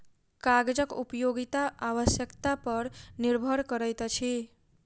कागजक उपयोगिता आवश्यकता पर निर्भर करैत अछि